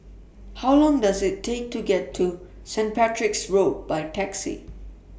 How Long Does IT Take to get to St Patrick's Road By Taxi